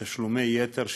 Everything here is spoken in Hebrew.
ותשלומי יתר שבוצעו,